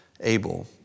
Abel